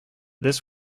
this